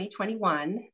2021